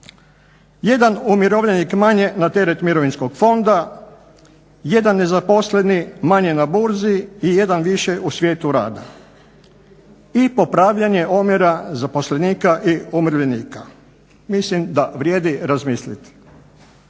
Jedan umirovljenik manje na terete mirovinskog fonda, jedan nezaposleni manje na burzi i jedan više u svijetu rada. I popravljanje omjera zaposlenika i umirovljenika. Mislim da vrijedi razmisliti.